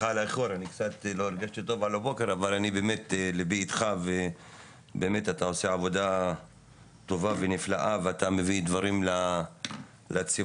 ליבי איתך ובאמת אתה עושה עבודה טובה ונפלאה ואתה מביא דברים לציבור,